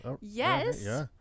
Yes